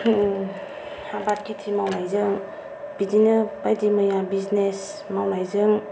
आबाद खेथि मावनायजों बिदिनो बायदि मैया बिजिनेस मावनायजों